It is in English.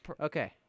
Okay